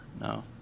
No